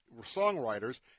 songwriters